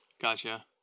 Gotcha